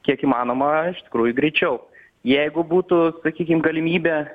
kiek įmanoma iš tikrųjų greičiau jeigu būtų sakykim galimybė